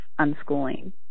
unschooling